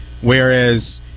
whereas